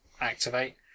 activate